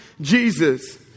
Jesus